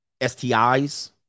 STIs